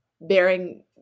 bearing